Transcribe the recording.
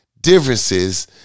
differences